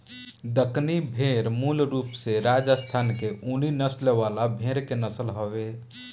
दक्कनी भेड़ मूल रूप से राजस्थान के ऊनी नस्ल वाला भेड़ के नस्ल हवे